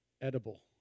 edible